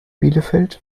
bielefeld